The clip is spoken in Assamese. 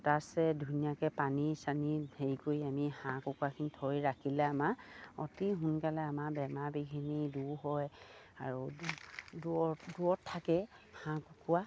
পতাচে ধুনীয়াকে পানী চানী হেৰি কৰি আমি হাঁহ কুকুৰাখিনি থৈ ৰাখিলে আমাৰ অতি সোনকালে আমাৰ বেমাৰ বিঘিনি দূৰ হয় আৰু দূৰত থাকে হাঁহ কুকুৰা